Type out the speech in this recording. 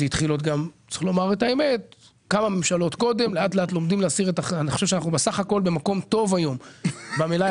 אני חושב שאנחנו סך הכל במקום טוב היום מבחינת